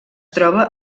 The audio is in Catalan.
troba